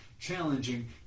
challenging